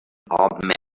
armed